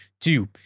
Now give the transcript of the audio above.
Two